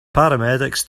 paramedics